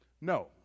No